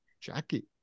Jackie